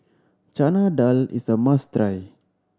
Chana Dal is a must try